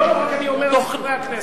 לא, לא, אני רק אומר לחברי הכנסת.